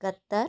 Qatar